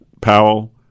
Powell